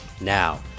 Now